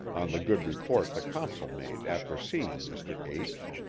the good report the consul made after seeing mr. h.